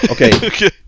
okay